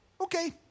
okay